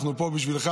אנחנו פה בשבילך.